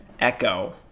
Echo